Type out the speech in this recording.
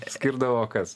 skirdavo kas